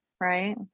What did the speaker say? Right